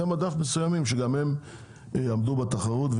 כזה שיאפשר להם למכור ולעמוד בתחרות.